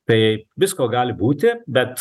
tai visko gali būti bet